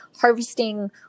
harvesting